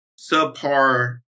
subpar